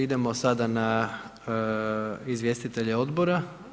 Idemo sada na izvjestitelje odbora.